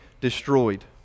destroyed